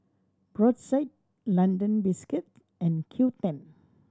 Brotzeit London Biscuits and Qoo ten